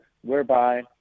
whereby